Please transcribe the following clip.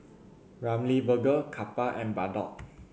Ramly Burger Kappa and Bardot